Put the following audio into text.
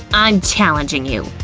i'm challenging you!